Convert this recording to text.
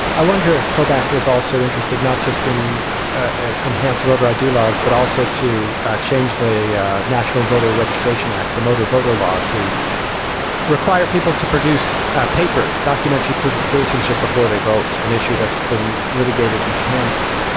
i wonder if kobach was also interested not just in ah enhanced voter i d. laws, but also to change the yeah national voter registration act, the motor voter law to require people to produce ah papers, documentary proof of citizenship before they vote. an issue that's been litigated in kansas.